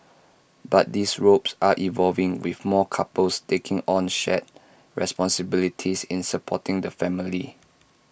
but these roles are evolving with more couples taking on shared responsibilities in supporting the family